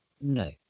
No